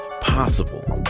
possible